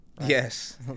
Yes